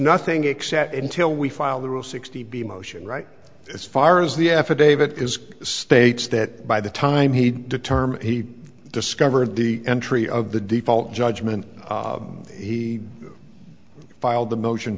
nothing except until we file the rule sixty b motion right as far as the affidavit is states that by the time he determined he discovered the entry of the default judgment he filed the motion